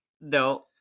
no